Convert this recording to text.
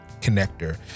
connector